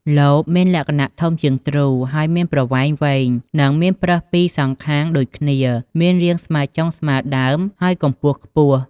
លបមានលក្ខណៈធំជាងទ្រូ ហើយមានប្រវែងវែងនិងមានប្រឹសពីរសងខាងដូចគ្នាមានរាងស្មើចុងស្មើដើមហើយកម្ពស់ខ្ពស់។